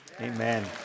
Amen